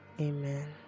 Amen